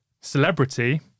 celebrity